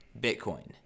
Bitcoin